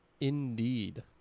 Indeed